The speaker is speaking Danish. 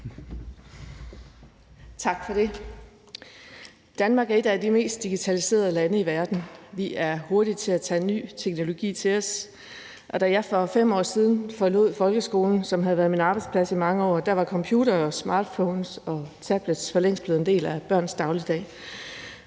Tak for det. Danmark er et af de mest digitaliserede lande i verden. Vi er hurtige til at tage ny teknologi til os, og da jeg for 5 år siden forlod folkeskolen, som havde været min arbejdsplads i mange år, var computere, smartphones og tablets for længst blevet en del af børns dagligdag.